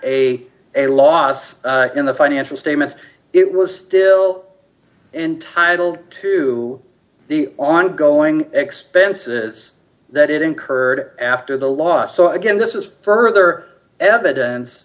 a loss in the financial statements it was still entitled to the ongoing expenses that it incurred after the loss so again this is further evidence